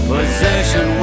Possession